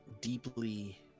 deeply